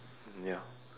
ya